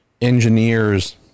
engineers